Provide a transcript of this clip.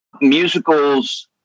musicals